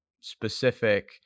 specific